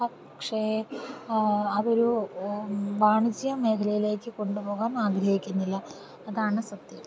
പക്ഷേ അതൊരു വാണിജ്യ മേഖലയിലേക്ക് കൊണ്ടുപോകാൻ ആഗ്രഹിക്കുന്നില്ല അതാണ് സത്യം ഓക്കേ ഒക്കെ